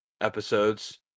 episodes